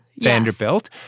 Vanderbilt